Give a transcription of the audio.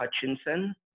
Hutchinson